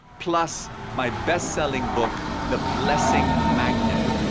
plus my best-selling book, the blessing magnet.